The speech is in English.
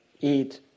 eat